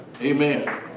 Amen